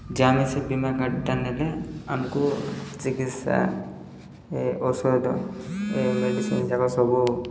ଯେ ଆମେ ସେ ବୀମା କାର୍ଡ଼୍ଟା ନେଲେ ଆମକୁ ଚିକିତ୍ସା ଔଷଧ ଏ ମେଡ଼ିସିନ୍ଯାକ ସବୁ